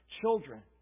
children